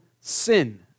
sin